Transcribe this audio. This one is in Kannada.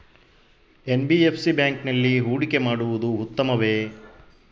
ಎನ್.ಬಿ.ಎಫ್.ಸಿ ಬ್ಯಾಂಕಿನಲ್ಲಿ ಹೂಡಿಕೆ ಮಾಡುವುದು ಉತ್ತಮವೆ?